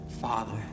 Father